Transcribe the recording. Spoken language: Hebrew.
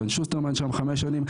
קרן שוסטרמן שם חמש שנים.